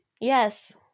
Yes